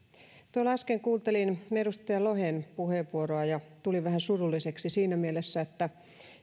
tuolla äsken kuuntelin edustaja lohen puheenvuoroa ja tulin vähän surulliseksi siinä mielessä että